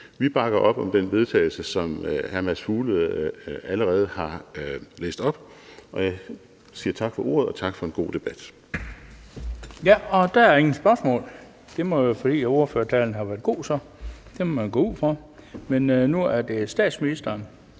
Vi bakker op om det forslag til vedtagelse, som hr. Mads Fuglede allerede har læst op, og jeg siger tak for ordet, og tak for en god debat. Kl. 13:40 Den fg. formand (Bent Bøgsted): Der er ingen spørgsmål, og det må jo være, fordi ordførertalen har været god. Det må man gå ud fra. Men nu er det statsministeren,